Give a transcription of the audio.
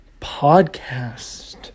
Podcast